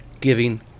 giving